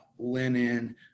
linen